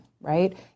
right